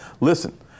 Listen